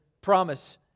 promise